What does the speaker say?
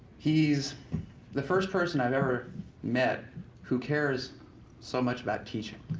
he's the first person i've ever met who cares so much about teaching.